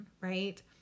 right